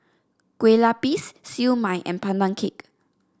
Kueh Lapis Siew Mai and Pandan Cake